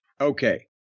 Okay